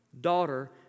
Daughter